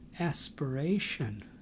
aspiration